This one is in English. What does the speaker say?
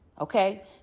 Okay